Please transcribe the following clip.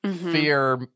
fear